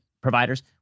providers